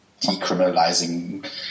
decriminalizing